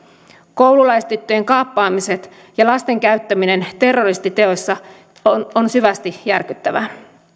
koululaistyttöjen kaappaamiset ja lasten käyttäminen terroristiteoissa on on syvästi järkyttävää